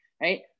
right